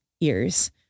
ears